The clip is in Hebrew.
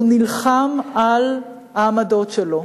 הוא נלחם על העמדות שלו.